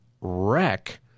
wreck